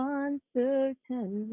uncertain